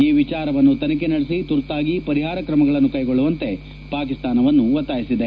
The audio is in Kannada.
ಈ ವಿಚಾರವನ್ನು ತನಿಖೆ ನಡೆಸಿ ತುರ್ತಾಗಿ ಪರಿಹಾರ ಕ್ರಮಗಳನ್ನು ಕೈಗೊಳ್ಳುವಂತೆ ಪಾಕಿಸ್ತಾನವನ್ನು ಒತ್ತಾಯಿಸಿದೆ